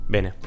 Bene